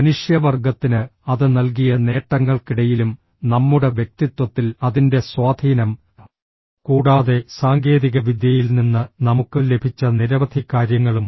മനുഷ്യവർഗത്തിന് അത് നൽകിയ നേട്ടങ്ങൾക്കിടയിലും നമ്മുടെ വ്യക്തിത്വത്തിൽ അതിന്റെ സ്വാധീനം കൂടാതെ സാങ്കേതികവിദ്യയിൽ നിന്ന് നമുക്ക് ലഭിച്ച നിരവധി കാര്യങ്ങളും